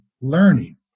learning